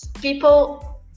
people